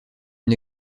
une